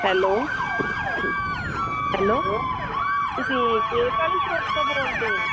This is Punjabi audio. ਹੈਲੋ ਹੈਲੋ ਤੁਸੀਂ ਕੇਕ ਵਾਲੀ ਸ਼ੋਪ ਤੋਂ ਬੋਲਦੇ ਐ